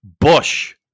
bush